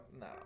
No